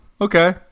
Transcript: okay